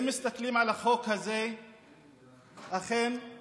אם מסתכלים על החוק הזה אכן רואים